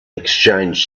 exchanged